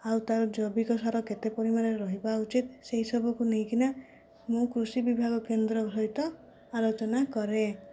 ଆଉ ତାର ଜୈବିକ ସାର କେତେ ପରିମାଣରେ ରହିବା ଉଚିତ ସେହିସବୁକୁ ନେଇକିନା ମୁଁ କୃଷି ବିଭାଗ କେନ୍ଦ୍ର ସହିତ ଆଲୋଚନା କରେ